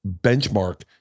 benchmark